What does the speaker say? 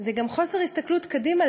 זה גם חוסר הסתכלות קדימה,